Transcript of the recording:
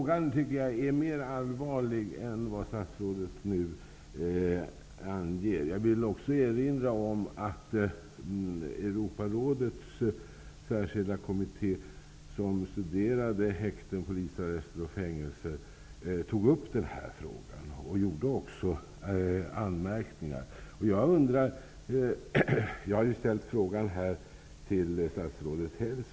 Fru talman! Frågan är allvarligare än vad statsrådet nu anger. Jag vill också erinra om att Europarådets särskilda kommitté, som studerar häkten, polisarrester och fängelser, tog upp denna fråga och gjorde anmärkningar. Jag hade ställt min fråga till stasrådet Hellsvik.